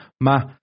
Ma